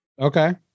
Okay